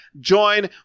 join